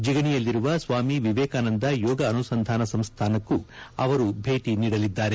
ಜಿಗಣಿಯಲ್ಲಿರುವ ಸ್ವಾಮಿ ವಿವೇಕಾನಂದ ಯೋಗ ಅನುಸಂಧಾನ ಸಂಸ್ದಾನಕ್ಕೂ ಅವರು ಭೇಟಿ ನೀಡಲಿದ್ದಾರೆ